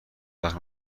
وقت